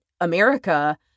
America